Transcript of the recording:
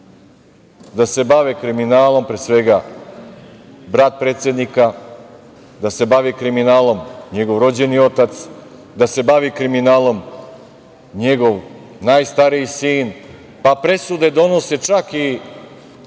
da se bave kriminalom, pre svega brat predsednika, da se bavi kriminalom njegov rođeni otac, da se bave kriminalom njegov najstariji sin, pa presude donose čak